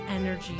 energy